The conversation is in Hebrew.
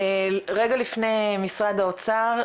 רגע לפני משרד האוצר,